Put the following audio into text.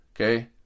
Okay